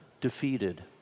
defeated